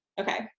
Okay